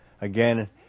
again